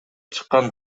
чыккан